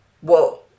Whoa